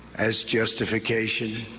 as justification.